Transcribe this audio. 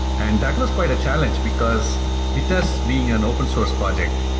and that was quite a challenge, because vitess being an open source project,